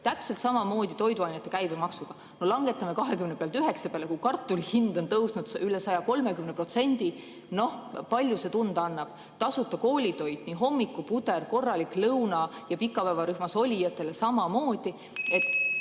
Täpselt samamoodi on toiduainete käibemaksuga: no langetame 20% pealt 9% peale, kui kartuli hind on tõusnud üle 130%. Kui palju see tunda annab? Tasuta koolitoit – hommikupuder, korralik lõuna ja pikapäevarühmas olijatele samamoodi.